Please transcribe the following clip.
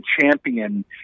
champion